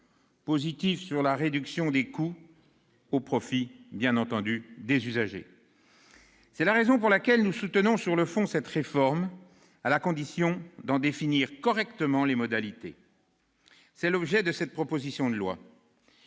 sur la réduction des coûts, au profit, bien entendu, des usagers. C'est la raison pour laquelle nous soutenons, sur le fond, cette réforme, à la condition d'en définir correctement les modalités. Tel est l'objet de cette proposition de loi.